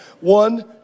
One